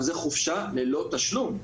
זה חופשה ללא תשלום.